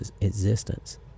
existence